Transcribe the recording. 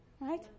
right